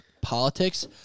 politics